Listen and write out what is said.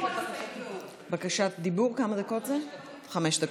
בקשת דיבור, חמש דקות.